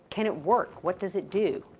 can it work? what does it do?